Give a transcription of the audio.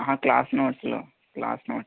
ఆహా క్లాస్ నోట్స్లు క్లాస్ నోట్స్లు